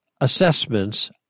assessments